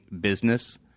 business